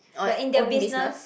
like in their business